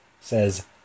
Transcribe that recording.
says